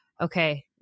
okay